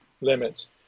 limits